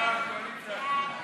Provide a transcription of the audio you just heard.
סעיף